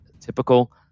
typical